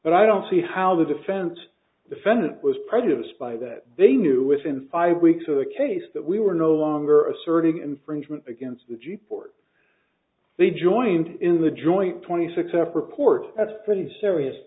but i don't see how the defense defendant was prejudiced by that they knew within five weeks of the case that we were no longer asserting infringement against the g port they joined in the joint twenty six f report that's pretty serious